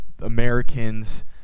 americans